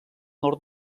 nord